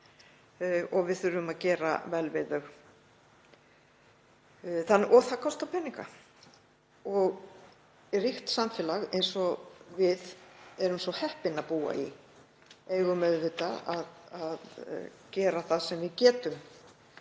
og við þurfum að gera vel við þau. Það kostar peninga en ríkt samfélag, eins og við erum svo heppin að búa í, á auðvitað að gera það sem það getur.